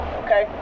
okay